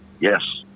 Yes